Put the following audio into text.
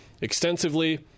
extensively